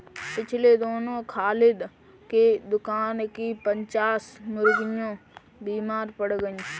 पिछले दिनों खालिद के दुकान की पच्चास मुर्गियां बीमार पड़ गईं